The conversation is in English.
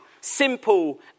simple